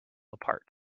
apart